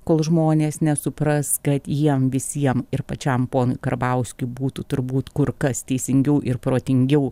kol žmonės nesupras kad jiem visiem ir pačiam ponui karbauskiui būtų turbūt kur kas teisingiau ir protingiau